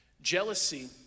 Jealousy